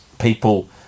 people